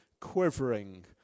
quivering